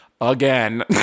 again